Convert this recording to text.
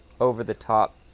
over-the-top